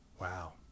Wow